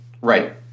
Right